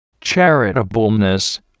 charitableness